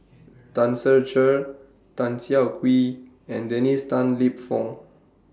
Tan Ser Cher Tan Siah Kwee and Dennis Tan Lip Fong